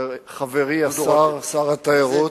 חברי השר שר התיירות,